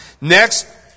Next